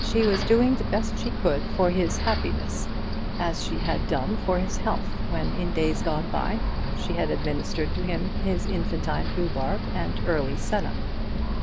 she was doing the best she could for his happiness as she had done for his health, when in days gone by she had administered to him his infantine rhubarb and early senna